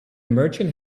merchant